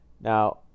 Now